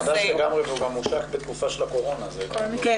הוא חדש לגמרי והוא גם הושק בתקופה של הקורונה --- כן,